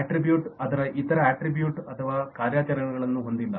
attribute ಅದರ ಇತರ attribute ಅಥವಾ ಕಾರ್ಯಾಚರಣೆಗಳನ್ನು ಹೊಂದಿಲ್ಲ